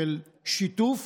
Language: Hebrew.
על שיתוף